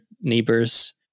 Neighbors